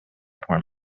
porn